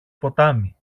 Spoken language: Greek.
ποτάμι